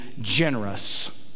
generous